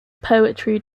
poetry